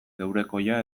geurekoia